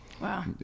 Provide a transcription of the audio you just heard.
wow